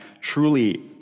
truly